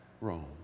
Rome